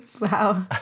Wow